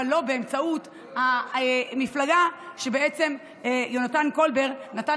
אבל לא באמצעות המפלגה שיונתן קולבר נתן